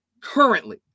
currently